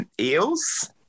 Eels